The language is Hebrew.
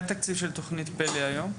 מה התקציב של תכנית פל"א היום?